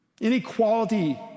inequality